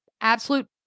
absolute